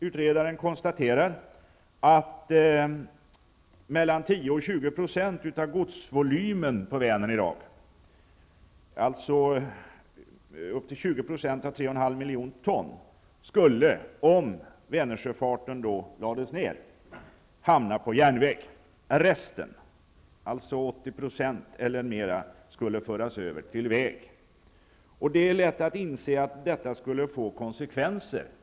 Utredaren konstaterar att mellan 10 och 20 % av godsvolymen på Vänern i dag, dvs. upp till 20 % av 3,5 miljoner ton, skulle hamna på järnväg om Vänersjöfarten lades ned. Resten, 80 % eller mer, skulle föras över till vägtransporter. Det är lätt att inse att detta skulle få negativa konsekvenser.